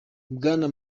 bwana